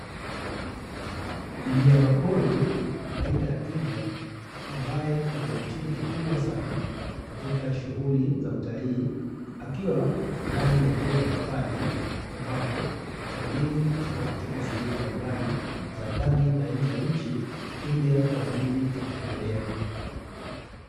Mnyamapori aina ya twiga ambaye ni kivutio kikubwa sana katika shughuli za utalii, akiwa ndani ya eneo la hifadhi, ambapo wageni kutoka katika sehemu mbalimbali za ndani na nje ya nchi huja kwa ajili ya kutembelea.